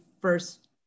first